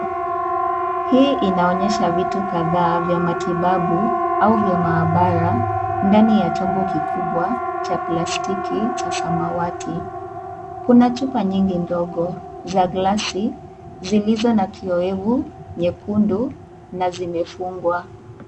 Hii inaonyesha vitu kadhaa, vya matibabu au vya maabara ,ndani ya chombo kikubwa cha plastiki cha samawati. Kuna chupa nyingi ndogo za glasi, zilizo na kiyowevu nyekundu na zimefungwa.